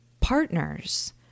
partners